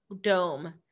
dome